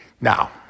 Now